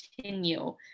continue